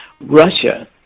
Russia